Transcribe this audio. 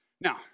Now